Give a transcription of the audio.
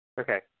Okay